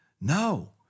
No